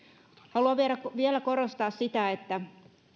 haluan vielä korostaa sitä että